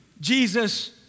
Jesus